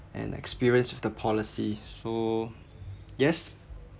and experience of the policy so yes